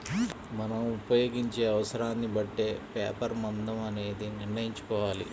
మనం ఉపయోగించే అవసరాన్ని బట్టే పేపర్ మందం అనేది నిర్ణయించుకోవాలి